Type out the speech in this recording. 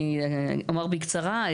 אני אומר בקצרה.